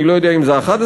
אני לא יודע אם זה 11,